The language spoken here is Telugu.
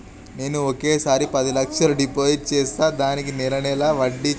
నేను ఒకేసారి పది లక్షలు డిపాజిట్ చేస్తా దీనికి నెల నెల వడ్డీ చెల్లించే పథకం ఏమైనుందా?